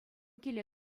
киле